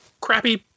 crappy